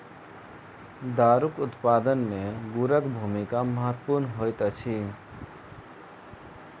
दारूक उत्पादन मे गुड़क भूमिका महत्वपूर्ण होइत अछि